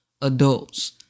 adults